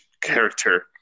character